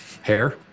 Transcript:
hair